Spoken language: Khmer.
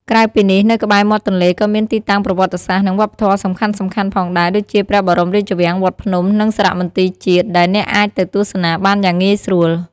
ក្រៅពីនេះ នៅក្បែរមាត់ទន្លេក៏មានទីតាំងប្រវត្តិសាស្ត្រ និងវប្បធម៌សំខាន់ៗផងដែរ ដូចជាព្រះបរមរាជវាំង វត្តភ្នំ និងសារមន្ទីរជាតិ ដែលអ្នកអាចទៅទស្សនាបានយ៉ាងងាយស្រួល។